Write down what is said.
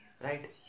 right